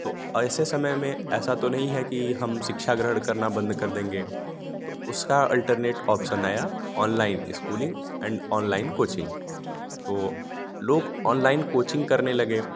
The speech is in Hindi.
तो ऐसे समय में ऐसा तो नहीं है कि हम शिक्षा ग्रहण करना बंद कर देंगे तो उसका अल्टरनेट ऑप्सन आया online schooling and online coaching तो लोग ऑनलाइन कोचिंग करने लगे